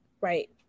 Right